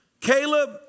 Caleb